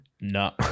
No